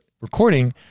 recording